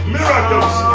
Miracles